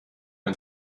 ein